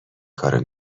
کارو